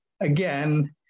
again